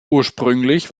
ursprünglich